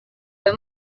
vai